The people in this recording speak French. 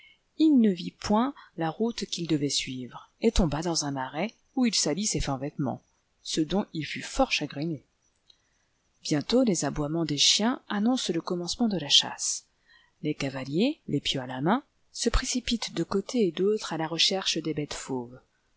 il ne vit point la route qu'il devait suivre et tomba dans un marais où il salit ses fins vêtements ce dont il fut fort chagriné bientôt les aboiements des chiens annoncent le commencement de la chasse les cavaliers l'épieu à la main se précipitent de côté et d'autre à la recherche des bêtes fauves